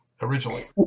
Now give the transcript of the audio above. originally